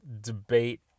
debate